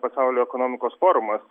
pasaulio ekonomikos forumas